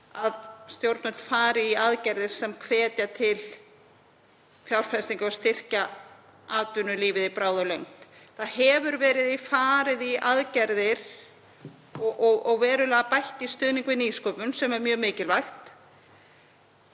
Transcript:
að stjórnvöld fari í aðgerðir sem hvetja til fjárfestinga til að styrkja atvinnulífið í bráð og lengd. Það hefur verið farið í aðgerðir og verulega bætt í stuðning við nýsköpun sem er mjög mikilvægt.